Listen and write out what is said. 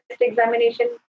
examination